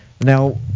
Now